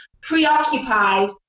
preoccupied